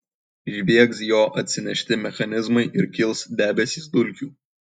žviegs jo atsinešti mechanizmai ir kils debesys dulkių